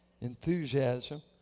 enthusiasm